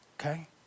okay